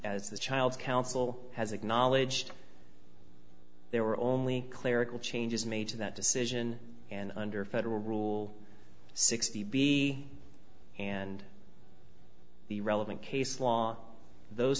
as the child's counsel has acknowledged there were only clerical changes made to that decision and under federal rule sixty b and the relevant case law those